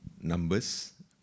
numbers